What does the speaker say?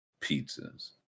pizzas